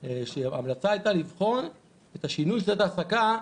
שההמלצה הייתה לבחון את השינוי שיטת העסקה,